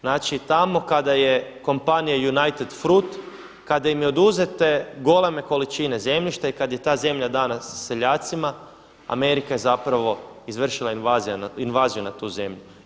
Znači, tamo kada je kompanija United fruit kada im je oduzete ogromne količine zemljišta i kad je ta zemlja dana seljacima Amerika je zapravo izvršila invaziju na tu zemlju.